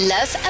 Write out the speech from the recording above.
Love